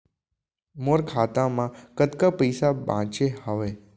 मोर खाता मा कतका पइसा बांचे हवय?